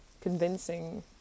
convincing